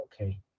Okay